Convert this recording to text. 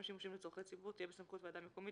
שימושים לצורכי ציבור תהיה בסמכות ועדה מקומית,